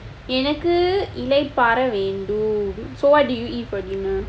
எனக்கு இளைப்பாற வேண்டும்:enakku ilaippaara vaendum so what did you eat for dinner